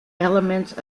elements